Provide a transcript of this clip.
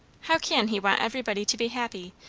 how can he want everybody to be happy,